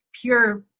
Pure